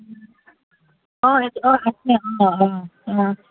অঁ অঁ আছে অঁ অঁ অঁ